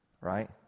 right